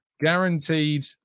guaranteed